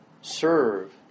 serve